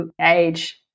age